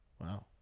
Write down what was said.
Wow